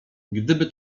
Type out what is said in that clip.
gdyby